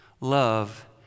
Love